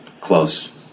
close